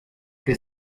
que